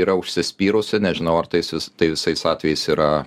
yra užsispyrusi nežinau ar tais vis tai visais atvejais yra